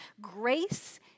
grace